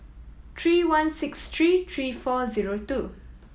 three one six three three four zero two